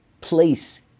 place